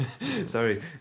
Sorry